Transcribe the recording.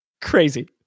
Crazy